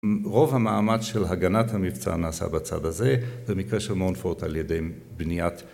רוב המעמד של הגנת המבצע נעשה בצד הזה זה מקרה של מונפורט על ידי בניית